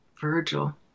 Virgil